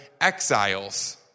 exiles